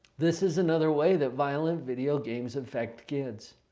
this is another way that violent video games affect kids?